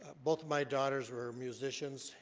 both of my daughters were musicians,